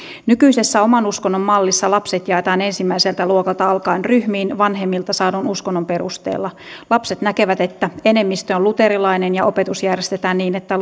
nykyisessä oman uskonnon mallissa lapset jaetaan ensimmäiseltä luokalta alkaen ryhmiin vanhemmilta saadun uskonnon perusteella lapset näkevät että enemmistö on luterilainen ja opetus järjestetään niin että